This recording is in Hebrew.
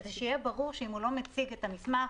כדי שיהיה ברור שאם הוא לא מציג את המסמך,